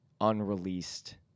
unreleased